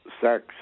sex